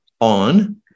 on